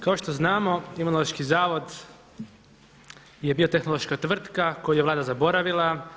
Kao što znamo, Imunološki zavod je bio tehnološka tvrtka koju je Vlada zaboravila.